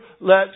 let